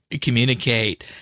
communicate